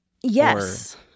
Yes